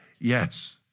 Yes